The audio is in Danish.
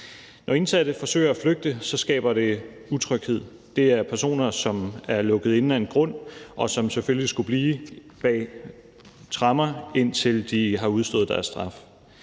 Når indsatte forsøger at flygte, skaber det utryghed. Det er personer, som er lukket inde af en grund, og som selvfølgelig skal blive bag tremmer, indtil de har udstået deres straf.